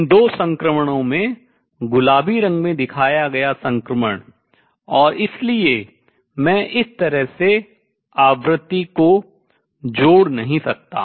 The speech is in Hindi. इन दो संक्रमणों में गुलाबी रंग में दिखाया गया संक्रमण और इसलिए मैं इस तरह से आवृत्ति को जोड़ नहीं सकता